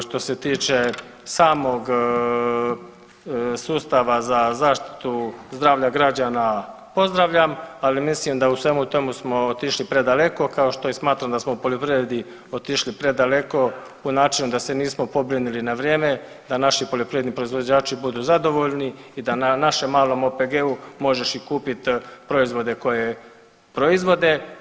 Što se tiče samog sustava za zaštitu zdravlja građana pozdravljam, ali mislim da u svemu tome smo otišli predaleko kao što i smatram da smo u poljoprivredi otišli predaleko u načinu da se nismo pobrinuli na vrijeme da naši poljoprivredni proizvođači budu zadovoljni i da na našem malom OPG-u možeš i kupit proizvode koje proizvode.